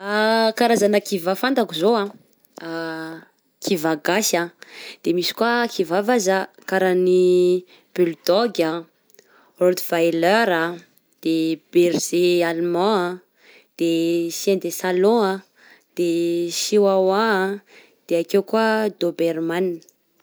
Karazana kivà fantako izao a: kivà gasy, de misy ko kivà vazaha karaha ny bulldog a, rottwiller a, de berger allemand a, de chien de salon a, de chihuahua, de ake koa doberman.